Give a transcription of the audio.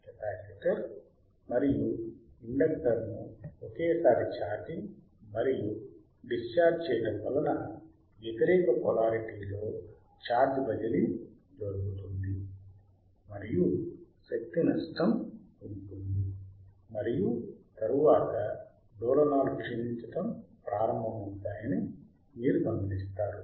capacitor మరియు ఇండక్టర్ను ఒకేసారి ఛార్జింగ్ మరియు మరియు డిశ్చార్జ్ చేయడం వలన వ్యతిరేక పొలారిటీలో ఛార్జ్ బదిలీ జరుగుతుంది మరియు శక్తి నష్టం ఉంటుంది మరియు తరువాత డోలనాలు క్షీణించడం ప్రారంభమవుతాయని మీరు గమనిస్తారు